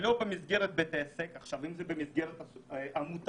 שלא במסגרת בית עסק - אם זה במסגרת עמותה,